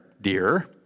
dear